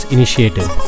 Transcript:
Initiative